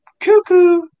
cuckoo